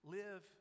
live